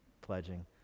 pledging